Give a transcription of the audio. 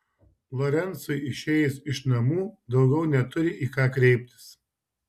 lorencui išėjus iš namų daugiau neturi į ką kreiptis